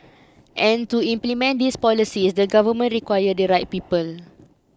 and to implement these policies the government require the right people